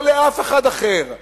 ולא לאף אחד אחר,